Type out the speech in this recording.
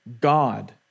God